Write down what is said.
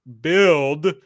build